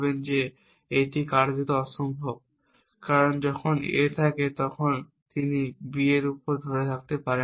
যে এটি কার্যত অসম্ভব কারণ যখন A থাকে তখন তিনি B এর উপর ধরে রাখতে পারেন না